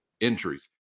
entries